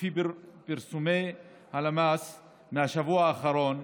לפי פרסומי הלמ"ס מהשבוע האחרון,